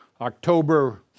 October